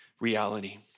reality